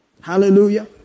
Hallelujah